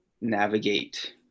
navigate